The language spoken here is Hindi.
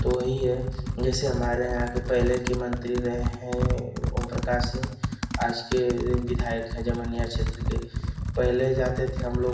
तो वही है जैसे हमारे यहाँ के पहले के मंत्री रहे हैं ओमप्रकाश सिंह आज के विधायक है जमनिया क्षेत्र के पहले जाते थे हम लोग